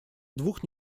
двух